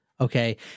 okay